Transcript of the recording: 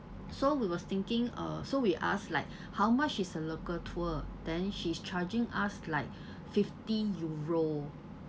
so we was thinking uh so we asked like how much is a local tour then she's charging us like fifty euro